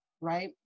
right